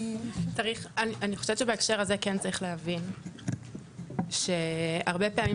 אני חושבת שבהקשר הזה כן צריך להבין שהרבה פעמים